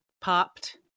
popped